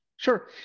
Sure